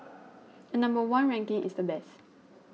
a number one ranking is the best